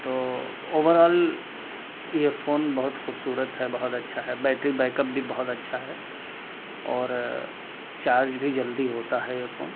تو overall یہ phone بہت خوبصورت ہے بہت اچھا ہے بیٹری بیک اپ بھی بہت اچھا ہے اور چارج بھی جلدی ہوتا ہے یہ فون